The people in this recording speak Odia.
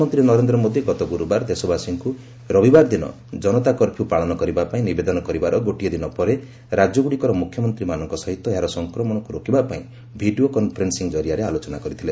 ପ୍ରଧାନମନ୍ତ୍ରୀ ନରେନ୍ଦ୍ର ମୋଦି ଗତ ଗୁରୁବାର ଦେଶବାସୀଙ୍କୁ ରବିବାର ଦିନ ଜନତା କର୍ଫ୍ୟ ପାଳନ କରିବାପାଇଁ ନିବେଦନ କରିବାର ଗୋଟିଏ ଦିନ ପରେ ରାଜ୍ୟଗ୍ରଡ଼ିକର ମୁଖ୍ୟମନ୍ତ୍ରୀମାନଙ୍କ ସହିତ ଏହାର ସଂକ୍ରମଣକ୍ ରୋକିବାପାଇଁ ଭିଡ଼ିଓ କନ୍ଫରେନ୍ଦିଂ କରିଆରେ ଆଲୋଚନା କରିଥିଲେ